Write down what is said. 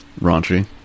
raunchy